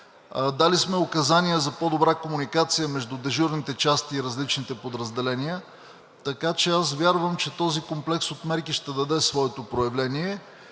Дали сме указания за по-добра комуникация между дежурните части и различните подразделения. Аз вярвам, че този комплекс от мерки ще даде своето проявление